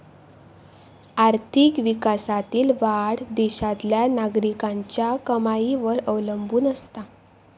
आर्थिक विकासातील वाढ देशातल्या नागरिकांच्या कमाईवर अवलंबून असता